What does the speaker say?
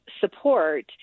support